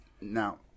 Now